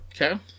Okay